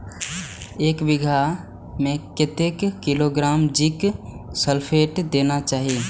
एक बिघा में कतेक किलोग्राम जिंक सल्फेट देना चाही?